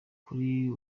kuri